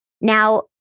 Now